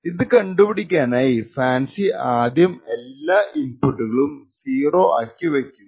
ഇത് കണ്ടുപിടിക്കാനായി ഫാൻസി ആദ്യം എല്ലാ ഇൻപുട്ട്കളും 0 ആക്കി വയ്ക്കുന്നു